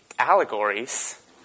allegories